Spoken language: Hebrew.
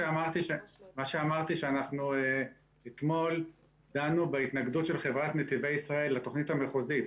אמרתי שאתמול דנו בהתנגדות של חברת נתיבי ישראל לתוכנית המחוזית.